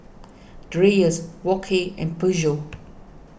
Dreyers Wok Hey and Peugeot